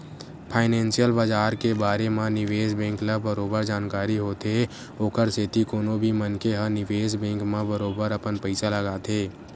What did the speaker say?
financial बजार के बारे म निवेस बेंक ल बरोबर जानकारी होथे ओखर सेती कोनो भी मनखे ह निवेस बेंक म बरोबर अपन पइसा लगाथे